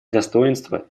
достоинство